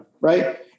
Right